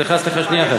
סליחה, סליחה, שנייה אחת.